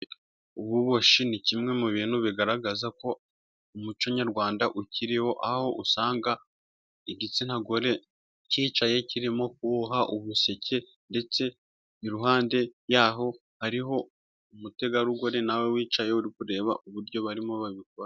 Ububoshyi ni kimwe mu bintu bigaragaza ko umuco nyarwanda ukiriho, aho usanga igitsina gore cyicaye kirimo kuboha ubuseke ndetse iruhande yaho hariho umutegarugori nawe wicaye ari kureba uburyo barimo babikora.